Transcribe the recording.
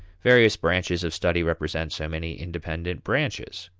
various branches of study represent so many independent branches,